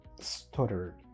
stutter